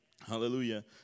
Hallelujah